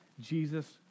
Jesus